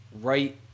right